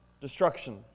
Destruction